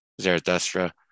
Zarathustra